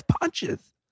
punches